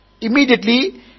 Immediately